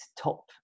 top